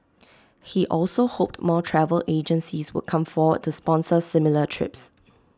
he also hoped more travel agencies would come forward to sponsor similar trips